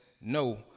no